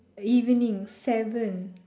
evening seven